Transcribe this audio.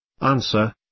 Answer